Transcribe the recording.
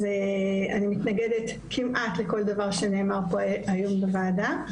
אז אני מתנגדת כמעט לכל דבר שנאמר פה היום בוועדה,